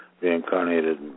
reincarnated